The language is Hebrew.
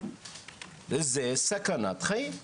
זו סכנת חיים.